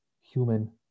human